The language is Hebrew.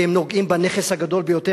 כי הם נוגעים בנכס הגדול ביותר,